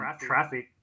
traffic